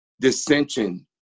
dissension